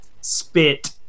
spit